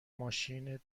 ماشین